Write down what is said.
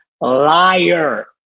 liar